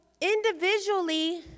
individually